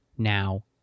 now